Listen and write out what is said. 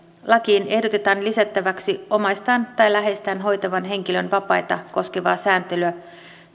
lakiin ehdotetaan lisättäväksi omaistaan tai läheistään hoitavan henkilön vapaita koskevaa sääntelyä